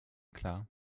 klar